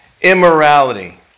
immorality